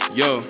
yo